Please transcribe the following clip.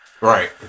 right